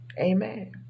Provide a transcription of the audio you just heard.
Amen